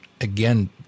again